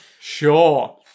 Sure